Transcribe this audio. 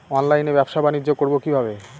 অনলাইনে ব্যবসা বানিজ্য করব কিভাবে?